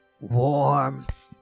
warmth